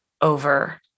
over